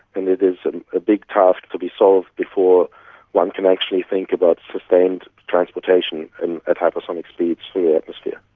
and it is and a big task to be solved before one can actually think about sustained transportation and at hypersonic speeds through the atmosphere.